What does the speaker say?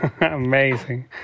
Amazing